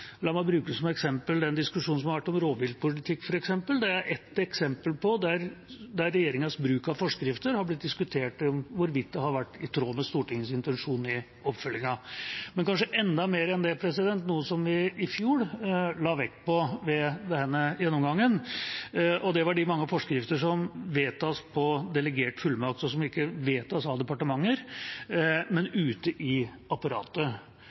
La meg bruke som eksempel den diskusjonen som har vært om rovviltpolitikk f.eks. Det er ett eksempel på at det har blitt diskutert om hvorvidt regjeringens bruk av forskrifter, oppfølgingen, har vært i tråd med Stortingets intensjon. Men kanskje enda mer enn det: Noe som vi i fjor la vekt på ved denne gjennomgangen, var de mange forskrifter som vedtas på delegert fullmakt, som ikke vedtas av departementer, men ute i apparatet.